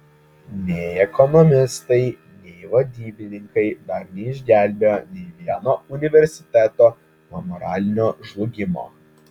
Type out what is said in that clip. nei ekonomistai nei vadybininkai dar neišgelbėjo nei vieno universiteto nuo moralinio žlugimo